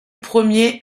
premier